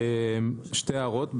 שתי הערות,